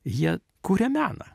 jie kuria meną